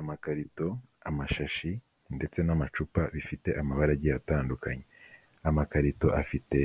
Amakarito, amashashi ndetse n'amacupa bifite amabara agiye atandukanye. n'amakarito afite